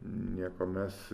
nieko mes